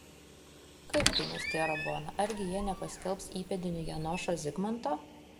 kaip tai nustėro bona argi jie nepaskelbs įpėdiniu janošo zigmanto